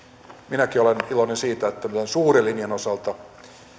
minäkin olen iloinen siitä että meidän suuren linjan osalta